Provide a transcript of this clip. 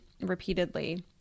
repeatedly